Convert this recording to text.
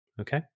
Okay